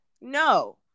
no